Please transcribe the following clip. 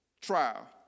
trial